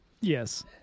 Yes